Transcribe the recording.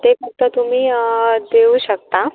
ते फक्त तुम्ही देऊ शकता